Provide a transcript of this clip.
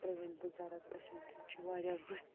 پرٛٲنۍ بٕزَرٕگ ٲسِمٕتۍ یِم چھِ واریاہ رٕتۍ